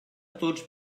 tots